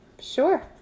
sure